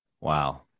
Wow